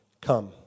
come